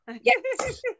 Yes